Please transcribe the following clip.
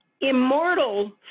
immortal